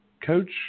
coach